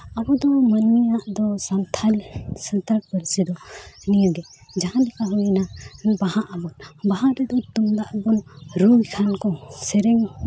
ᱟᱵᱚ ᱫᱚ ᱢᱟᱹᱱᱢᱤᱭᱟᱜ ᱫᱚ ᱥᱟᱱᱛᱷᱟᱞ ᱥᱟᱱᱛᱟᱲ ᱯᱟᱹᱨᱥᱤ ᱫᱚ ᱱᱤᱭᱟᱹᱜᱮ ᱡᱟᱦᱟᱸ ᱞᱮᱠᱟ ᱦᱩᱭᱮᱱᱟ ᱵᱟᱦᱟᱜ ᱟᱵᱚᱱ ᱵᱟᱦᱟ ᱨᱮᱫᱚ ᱛᱩᱢᱫᱟᱜ ᱠᱚ ᱨᱩᱭ ᱠᱷᱟᱱ ᱠᱚ ᱥᱮᱨᱮᱧ